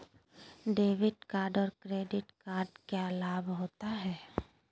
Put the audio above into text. Debit card और credit card क्या लाभ होता है?